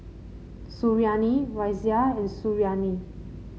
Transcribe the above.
Suriani Raisya and Suriani